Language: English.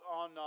on